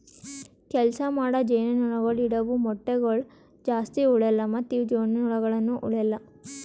ಕೆಲಸ ಮಾಡೋ ಜೇನುನೊಣಗೊಳ್ ಇಡವು ಮೊಟ್ಟಗೊಳ್ ಜಾಸ್ತಿ ಉಳೆಲ್ಲ ಮತ್ತ ಇವು ಜೇನುನೊಣಗೊಳನು ಉಳೆಲ್ಲ